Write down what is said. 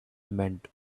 meant